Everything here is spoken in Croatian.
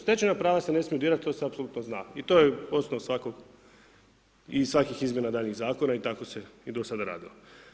Stečena prava se ne smiju dirat, to se apsolutno zna i to je osnov svakog i svakih izmjena daljnjih zakona i tako se i do sada radilo.